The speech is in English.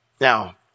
Now